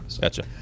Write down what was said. Gotcha